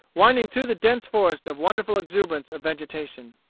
winding through the dense forest of wonderful exuberance of vegetation.